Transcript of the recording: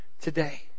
today